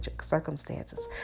circumstances